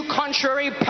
contrary